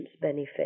benefit